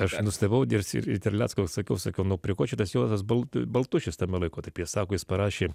aš nustebau dėl sir terlecko sakiau sakiau prie ko čia tas juozas bat baltušis tame laikotarpyje sako jis parašė